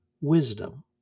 Wisdom